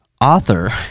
author